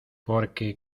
porque